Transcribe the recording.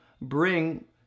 bring